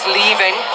leaving